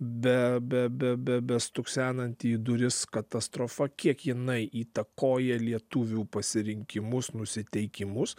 be be be be be stuksenanti į duris katastrofa kiek jinai įtakoja lietuvių pasirinkimus nusiteikimus